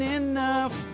enough